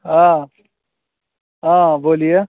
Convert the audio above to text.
हाँ हाँ बोलिए